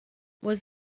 was